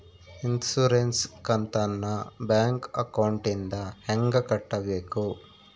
Insurance ಕಂತನ್ನ bank ಅಕೌಂಟಿಂದ ಹೆಂಗ ಕಟ್ಟಬೇಕು?